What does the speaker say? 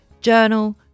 journal